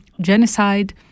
genocide